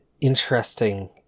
interesting